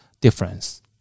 difference